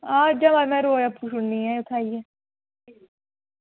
आं अज्जै दे बाद रोज़ आवा करना उत्थें छुड़नै ई